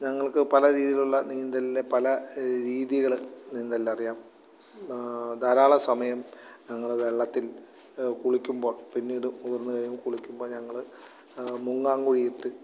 ഞങ്ങൾക്കു പലരീതിയിലുള്ള നീന്തലില് പല രീതികള് നീന്തലിലറിയാം ധാരാളം സമയം ഞങ്ങള് വെള്ളത്തിൽ കുളിക്കുമ്പോൾ പിന്നീട് ഉയർന്നുകഴിഞ്ഞ് കുളിക്കുമ്പോള് ഞങ്ങള് മുങ്ങാംകുഴിയിട്ട്